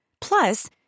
Plus